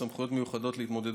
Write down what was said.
מקוזז,